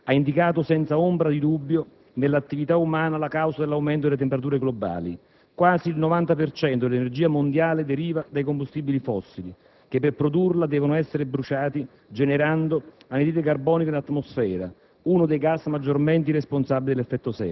climatico) ha indicato, senza ombra di dubbio, nell'attività umana la causa dell'aumento delle temperature globali. Quasi il 90 per cento dell'energia mondiale deriva dai combustibili fossili, che per produrla devono essere bruciati generando anidride carbonica nell'atmosfera,